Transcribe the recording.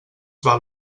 val